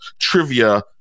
trivia